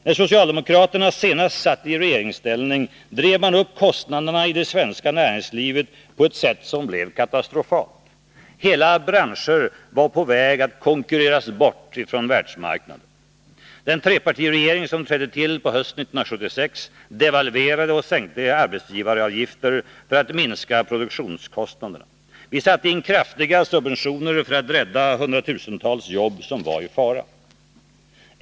När socialdemokraterna senast satt i regeringsställning drev man upp kostnaderna i det svenska näringslivet på ett sätt som blev katastrofalt. Hela branscher var på väg att konkurreras bort från världsmarknaden. Den trepartiregering som trädde till hösten 1976 devalverade och sänkte arbetsgivaravgifter för att minska produktionskostnaderna. Vi satte in kraftiga subventioner för att rädda hundratusentals jobb som var i fara.